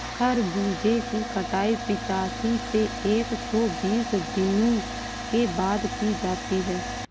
खरबूजे की कटाई पिचासी से एक सो बीस दिनों के बाद की जाती है